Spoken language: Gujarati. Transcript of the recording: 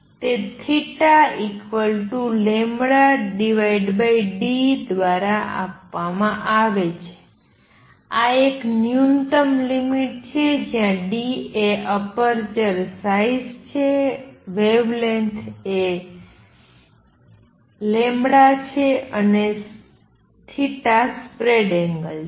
તે θλd દ્વારા આપવામાં આવે છે આ એક ન્યુનતમ લિમિટ છે જ્યાં d એ અપર્ચર સાઈઝ છે વેવલેન્થ છે અને સ્પ્રેડ એંગલ છે